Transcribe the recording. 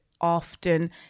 often